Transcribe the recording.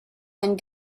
and